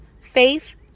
Faith